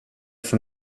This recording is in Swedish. för